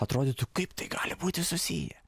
atrodytų kaip tai gali būti susiję